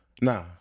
Nah